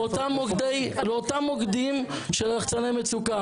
לאותם מוקדים של לחצני המצוקה.